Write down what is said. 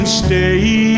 stay